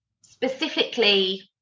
specifically